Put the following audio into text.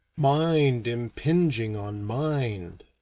mind impinging on mind,